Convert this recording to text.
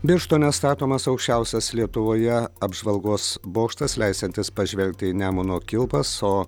birštone statomas aukščiausias lietuvoje apžvalgos bokštas leisiantis pažvelgti į nemuno kilpas o